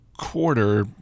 Quarter